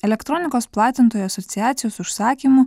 elektronikos platintojų asociacijos užsakymu